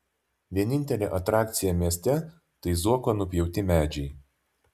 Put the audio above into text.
vienintelė atrakcija mieste tai zuoko nupjauti medžiai